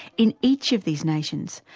in each of these nations,